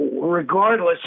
regardless